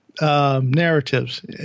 narratives